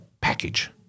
Package